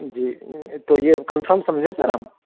جی تو یہ کنفرم سممجھیں سر ہم